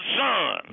son